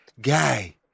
Guy